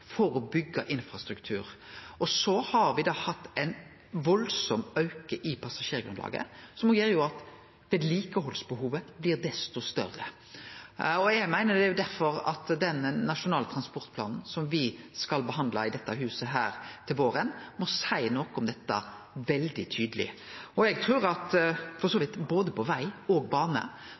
for å byggje infrastruktur, og me har hatt ei sterk auke i passasjergrunnlaget, som gjer at vedlikehaldsbehovet blir desto større. Eg meiner derfor at Nasjonal transportplan, som me skal behandle her i huset til våren, veldig tydeleg må seie noko om dette. Eg trur, for så vidt på både veg og bane,